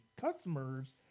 customers